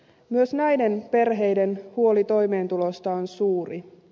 myös näiden perheiden huoli toimeentulosta on suuri